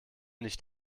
nicht